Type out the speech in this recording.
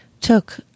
took